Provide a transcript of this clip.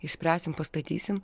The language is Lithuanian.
išspręsim pastatysim